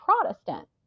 Protestant